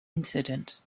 incident